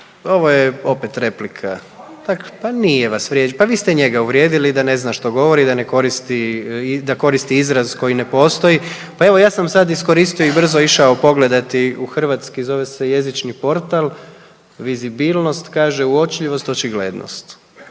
ovo je opet replika, pa nije vas, pa vi ste njega uvrijedili da ne zna što govori da ne koristi, da koristi izraz koji ne postoji. Pa evo ja sam sad iskoristio i brzo išao pogledati u hrvatski zove se Jezični portal, vizibilnost kaže uočljivost, očiglednost.